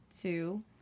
Two